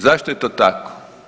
Zašto je to tako?